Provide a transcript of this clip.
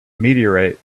meteorite